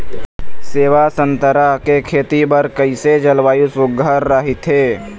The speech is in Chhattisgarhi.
सेवा संतरा के खेती बर कइसे जलवायु सुघ्घर राईथे?